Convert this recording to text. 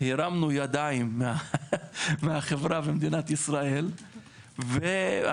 שהרמנו ידיים מהחברה במדינת ישראל ואנחנו